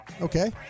Okay